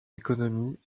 économie